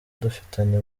dufitanye